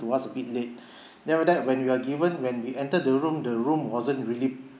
was a bit late then after that when we are given when we entered the room the room wasn't really